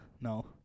No